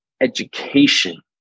education